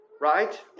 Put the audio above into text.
right